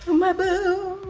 my boobs.